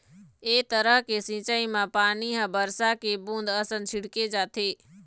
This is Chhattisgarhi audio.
ए तरह के सिंचई म पानी ह बरसा के बूंद असन छिड़के जाथे